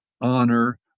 honor